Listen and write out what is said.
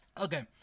Okay